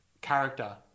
character